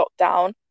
lockdown